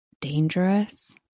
dangerous